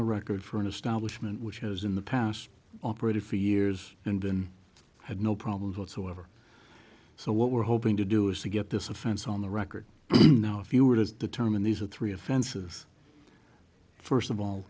the record for an establishment which has in the past operated for years and been had no problems whatsoever so what we're hoping to do is to get this offense on the record now if you were to determine these are three offenses first of all